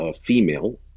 female